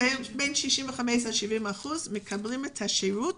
בין 65% ל-70% מקבלים את השירות